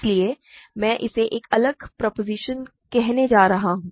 इसलिए मैं इसे एक अलग प्रोपोज़िशन कहने जा रहा हूं